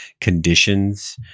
conditions